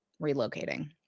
relocating